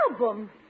album